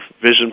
vision